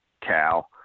cow